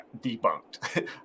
debunked